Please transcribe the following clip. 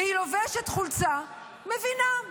והיא לובשת חולצה מבינה,